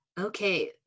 Okay